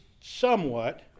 somewhat